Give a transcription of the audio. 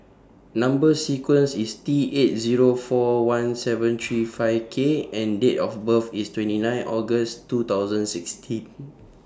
Number sequence IS T eight Zero four one seven three five K and Date of birth IS twenty nine August two thousand sixteen